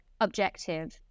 objective